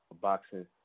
boxing